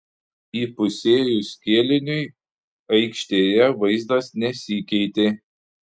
įpusėjus kėliniui aikštėje vaizdas nesikeitė